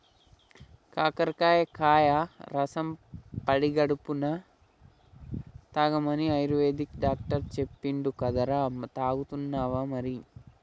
కాకరకాయ కాయ రసం పడిగడుపున్నె తాగమని ఆయుర్వేదిక్ డాక్టర్ చెప్పిండు కదరా, తాగుతున్నావా మరి